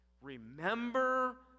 remember